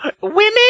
Women-